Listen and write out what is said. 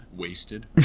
Wasted